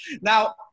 now